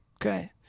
okay